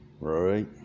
Right